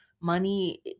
Money